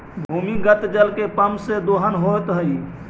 भूमिगत जल के पम्प से दोहन होइत हई